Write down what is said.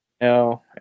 No